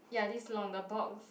ya this long the box